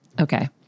Okay